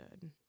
good